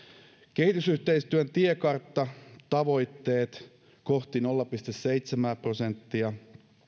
kehitysyhteistyön tiekarttatavoitteet kohti nolla pilkku seitsemää prosenttia